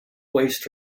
waste